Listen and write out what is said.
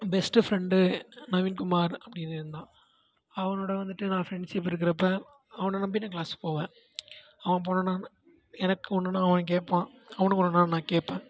best friend Naveenkumar அப்படின்னு இருந்தான் அவனோடு வந்துட்டு நான் ஃபிரெண்ட்ஷிப் இருக்கிறப்ப அவனை நம்பி நான் கிளாஸ்க்கு போவேன் அவன் போனால் எனக்கு ஒன்றுன்னா அவன் கேட்பான் அவனுக்கு ஒன்றுன்னா நான் கேட்பேன்